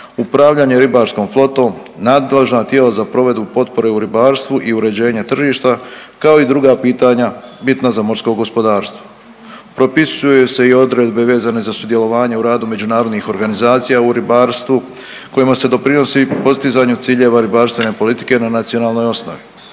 upravljanje ribarskom flotom, nadležna tijela za provedbu potpore u ribarstvu i uređenje tržišta kao i druga pitanja bitna za morsko gospodarstvo. Propisuju se i odredbe vezane za sudjelovanje u radu međunarodnih organizacija u ribarstvu kojima se doprinosi postizanje ciljeva ribarstvene politike na nacionalnoj osnovi.